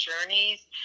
journeys